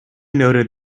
noted